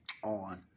on